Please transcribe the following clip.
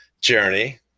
journey